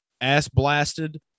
ass-blasted